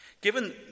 Given